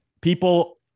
People